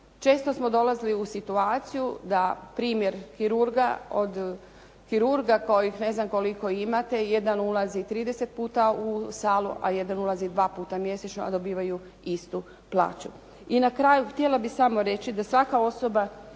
Često smo dolazili u situaciju da primjer kirurga od kirurga kojih ne znam koliko imate jedan ulazi 30 puta u salu, a jedan ulazi 2 puta mjesečno, a dobivaju istu plaću. I na kraju htjela bih samo reći da svaka osoba